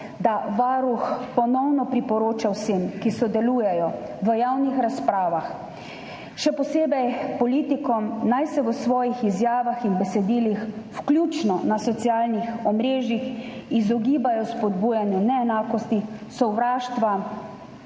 da Varuh ponovno priporoča vsem, ki sodelujejo v javnih razpravah, še posebej politikom, naj se v svojih izjavah in besedilih, vključno na socialnih omrežjih, izogibajo spodbujanju neenakosti, sovraštva